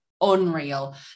unreal